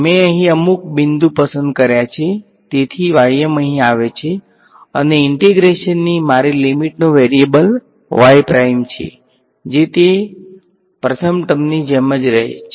મેં અહીં અમુક બિંદુ પસંદ કર્યા છે તેથી અહીં આવે છે અને ઈંટેગ્રેશનની મારી લીમીટ નો વેરીએબલ છે જે તે પ્રથમ ટર્મની જેમ જ રહે છે